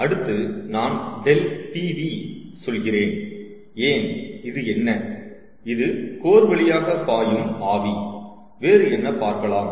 அடுத்து நான் ∆Pv சொல்கிறேன் ஏன் இது என்ன இது கோர் வழியாக பாயும் ஆவி வேறு என்ன பார்க்கலாம்